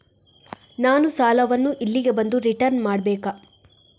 ನಾನು ಸಾಲವನ್ನು ಇಲ್ಲಿಗೆ ಬಂದು ರಿಟರ್ನ್ ಮಾಡ್ಬೇಕಾ?